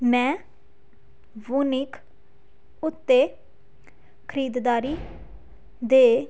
ਮੈਂ ਵੂਨਿਕ ਉੱਤੇ ਖਰੀਦਦਾਰੀ ਦੇ